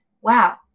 wow